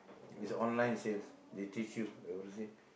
if is a online sales they teach you they will say